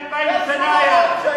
הרי הוא מדבר על זכויות.